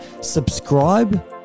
subscribe